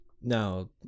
Now